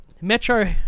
Metro